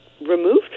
removed